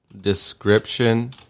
description